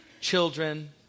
children